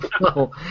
no